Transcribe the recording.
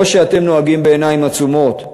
או שאתם נוהגים בעיניים עצומות.